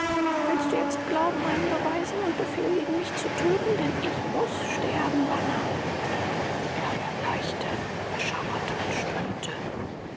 willst du jetzt glauben meinen beweisen und befehl geben mich zu töten denn ich muß sterben bana erb erbleichte erschauerte und stöhnte